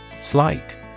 Slight